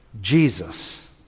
Jesus